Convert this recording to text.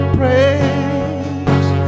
praise